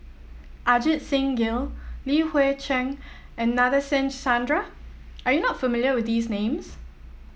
Ajit Singh Gill Li Hui Cheng and Nadasen Chandra are you not familiar with these names